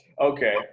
Okay